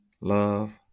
love